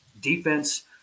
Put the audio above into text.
defense